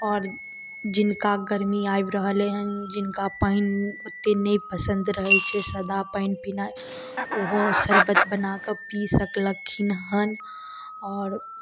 आओर जिनका गरमी आबि रहलै हन जिनका पानि ओतेक नहि पसन्द रहै छै सादा पानि पीनाइ ओहो शरबत बना कर पी सकलखिन हन आओर